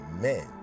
men